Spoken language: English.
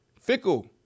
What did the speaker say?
Fickle